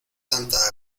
tanta